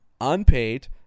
unpaid